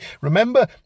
Remember